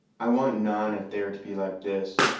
i want none, if they are to be like this.